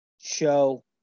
show